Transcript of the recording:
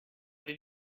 did